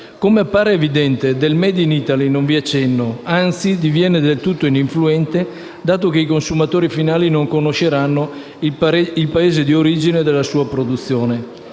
Come appare evidente, del *made in Italy* non vi è cenno e, anzi, diviene del tutto ininfluente dato che i consumatori finali non conosceranno i Paesi di origine della sua produzione.